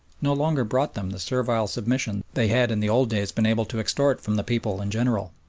no longer brought them the servile submission they had in the old days been able to extort from the people in general.